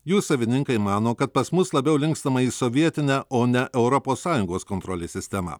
jų savininkai mano kad pas mus labiau linkstama į sovietinę o ne europos sąjungos kontrolės sistema